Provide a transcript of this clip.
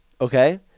Okay